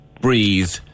Breathe